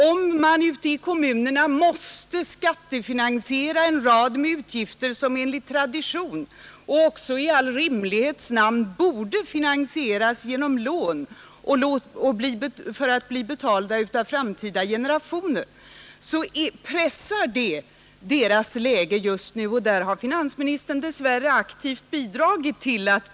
Om kommunerna måste skattefinansiera en rad utgifter som enligt tradition finansieras — och också i all rimlighets namn borde finansieras — genom lån för att bli betalda av framtida generationer, så pressar det upp kommunalskatternas nivå. Till ett sådant förhållande har finansministern dess värre aktivt medverkat.